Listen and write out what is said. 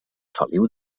feliu